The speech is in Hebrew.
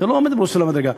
זה לא עומד בראש סולם המדרגות.